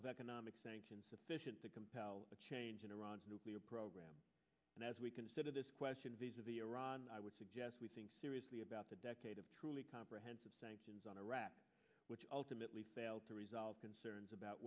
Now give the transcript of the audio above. of economic sanctions sufficient to compel a change in iran nuclear program and as we consider this question visa the iran i would suggest we think seriously about the decade of truly comprehensive sanctions on iraq which ultimately failed to resolve concern it's about